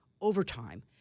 overtime